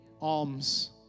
alms